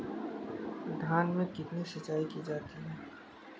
धान में कितनी सिंचाई की जाती है?